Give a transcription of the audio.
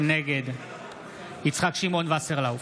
נגד יצחק שמעון וסרלאוף,